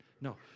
No